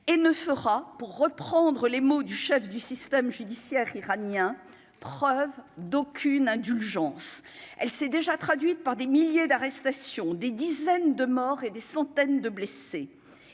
et ne fera pour reprendre les mots du chef du système judiciaire iranien preuve d'aucune indulgence, elle s'est déjà traduite par des milliers d'arrestations, des dizaines de morts et des centaines de blessés